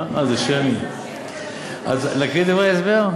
אז להקריא את דברי ההסבר?